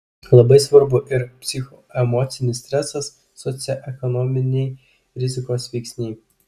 labai svarbu ir psichoemocinis stresas socioekonominiai rizikos veiksniai